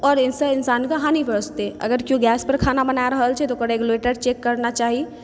आओर एहिसँ इन्सानके हानि पहुँचतै अगर केओ गैसपर खाना बना रहल छै तऽ ओकर रेगुलेटर चेक करना चाही